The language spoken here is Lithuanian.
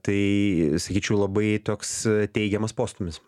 tai sakyčiau labai toks teigiamas postūmis